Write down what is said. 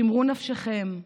שמרו נפשכם,